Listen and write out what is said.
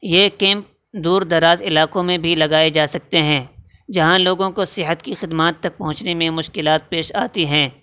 یہ کیمپ دور دراز علاقوں میں بھی لگائے جا سکتے ہیں جہاں لوگوں کو صحت کی خدمات تک پہنچنے میں مشکلات پیش آتی ہیں